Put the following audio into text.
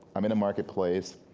i'm in a marketplace,